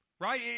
right